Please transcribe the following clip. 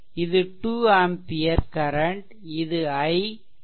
இது 2 ampere current இது i